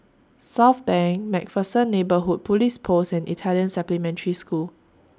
Southbank MacPherson Neighbourhood Police Post and Italian Supplementary School